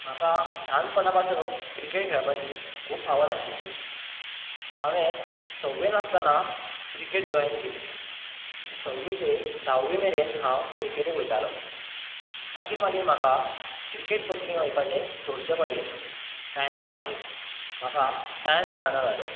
म्हाका ल्हानपणा पासुनूत क्रिकेट खेळपाची खूब आवड आशिल्ली हांवें सव्वेन आसतना क्रिकेट जोय्न केली सव्वी ते धाव्वी मेरेन हांव क्रिकेटीक वयतालो मागीर मागीर म्हाका क्रिकेट कोचिंगेक वचपाचें सोडचें पडलें टाय्मा खातीर म्हाका टाय्म मेळना जालो